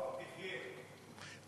או תחיה.